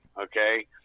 Okay